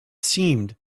seemed